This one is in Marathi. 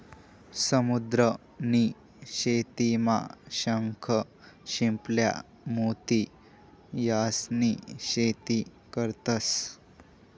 समुद्र नी शेतीमा शंख, शिंपला, मोती यास्नी शेती करतंस